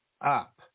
up